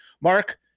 mark